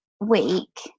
week